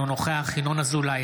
אינו נוכח ינון אזולאי,